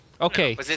okay